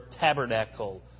tabernacle